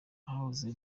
ahahoze